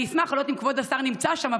אני לא יודעת אם כבוד השר נמצא שם,